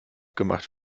gemacht